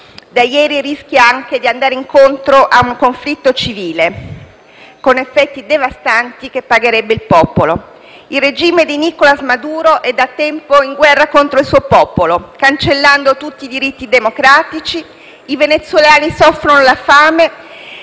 da ieri rischia anche di andare incontro a un conflitto civile, con effetti devastanti che sarebbero pagati dal popolo. Il regime di Nicolas Maduro è da tempo in guerra contro il suo popolo, cancellando tutti i diritti democratici. I venezuelani soffrono la fame